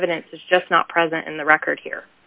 of evidence is just not present in the record here